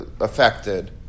affected